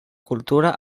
cultura